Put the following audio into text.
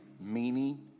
meaning